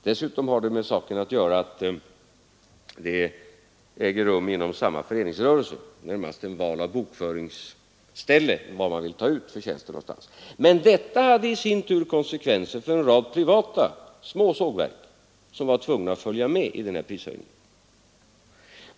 Dessutom har det med saken att göra att det inom samma föreningsrörelse närmast ägde rum ett val av bokföringsställe där man ville ta ut förtjänsten. Men detta hade i sin tur konsekvenser för en rad privata små sågverk som var tvungna att följa med i den här prishöjningen.